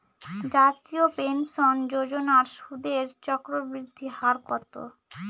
জাতীয় পেনশন যোজনার সুদের চক্রবৃদ্ধি হার কত?